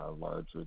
larger